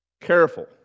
careful